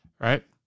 right